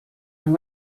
and